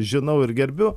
žinau ir gerbiu